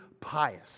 pious